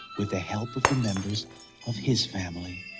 with the help of the members of his family.